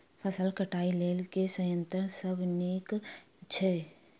फसल कटाई लेल केँ संयंत्र सब नीक छै?